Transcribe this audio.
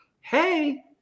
Hey